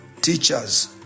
teachers